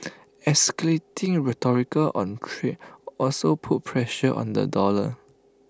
escalating rhetorical on trade also put pressure on the dollar